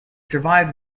survived